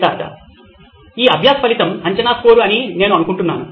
సిద్ధార్థ్ ఈ అభ్యాసఫలితం అంచనా స్కోరు అని నేను అనుకుంటున్నాను